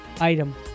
item